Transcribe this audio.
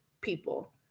people